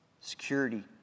security